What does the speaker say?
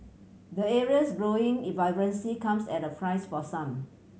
the area's growing vibrancy comes at a price for some